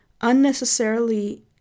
Unnecessarily